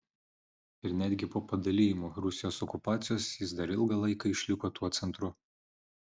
ir netgi po padalijimų rusijos okupacijos jis dar ilgą laiką išliko tuo centru